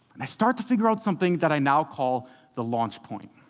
i start to figure out something that i now call the launch point.